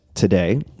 Today